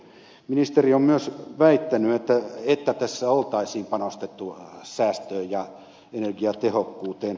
ministeri on myös väittänyt että tässä olisi panostettu säästöön ja energiatehokkuuteen